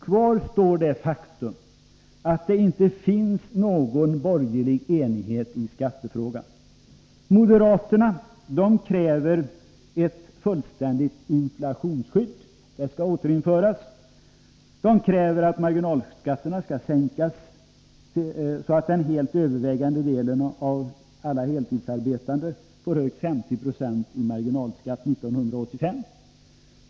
Kvar står det faktum att det inte finns någon borgerlig enighet i skattefrågan. Moderaterna kräver ett fullständigt inflationsskydd; det skall återinföras. De kräver att marginalskatterna skall sänkas så att den helt övervägande delen av alla heltidsarbetande får högst 50 96 i marginalskatt 1985.